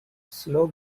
slow